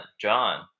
john